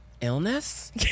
illness